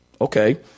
Okay